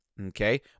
Okay